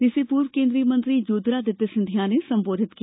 जिसे पूर्व केन्द्रीय मंत्री ज्योतिरादित्य सिंधिया ने संबोधित किया